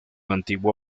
antiguo